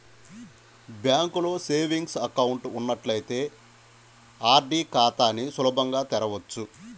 బ్యాంకులో savings account ఉన్నట్లయితే RD ఖాతాని సులభంగా తెరవచ్చు